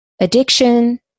addiction